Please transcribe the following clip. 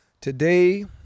today